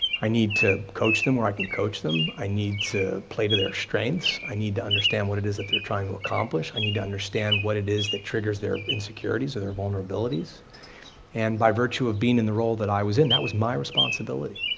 i need to coach them where i can coach them, i need to play to their strengths, i need to understand what it is that they're trying to accomplish, i need to understand what it is that triggers their insecurities or their vulnerabilities and by virtue of being in the role that i was in, that was my responsibility.